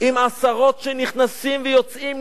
עם עשרות שנכנסים ויוצאים,